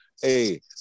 hey